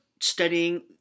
studying